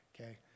okay